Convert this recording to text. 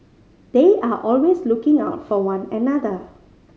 they are always looking out for one another